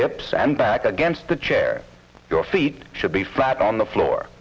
hips and back against the chair your feet should be flat on the floor